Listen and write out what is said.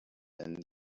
and